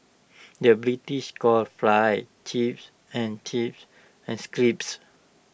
the British calls Fries Chips and chips and scrips